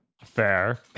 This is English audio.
fair